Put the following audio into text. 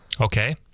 Okay